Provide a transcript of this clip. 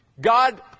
God